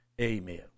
Amen